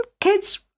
kids